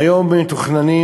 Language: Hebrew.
והיום מתוכננים,